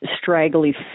straggly